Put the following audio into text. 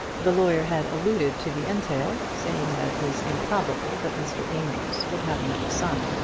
the lawyer had alluded to the entail, saying that it was improbable that mr. amedroz would have another son.